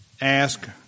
ask